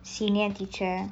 senior teacher